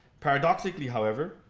paradoxically, however,